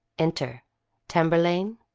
enter tamburlaine,